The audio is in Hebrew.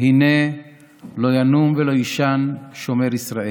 הנה לא ינום ולא יישן שומר ישראל.